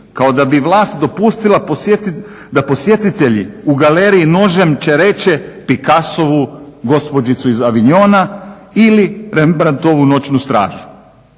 kao da bi vlast dopustila da posjetitelji u galeriji nožem čereče Picassovu "Gospođicu iz Avignona" ili Rembrandtovu "Noćnu stražu".